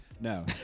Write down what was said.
no